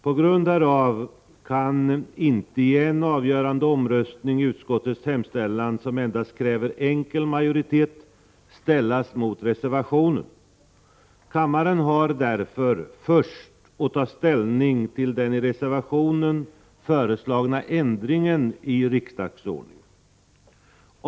På grund härav kan inte i en avgörande omröstning utskottets hemställan, som endast kräver enkel majoritet, ställas mot reservationen. Kammaren har därför först att ta ställning till den i reservationen föreslagna ändringen i riksdagsordningen.